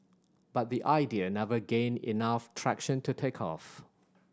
but the idea never gained enough traction to take off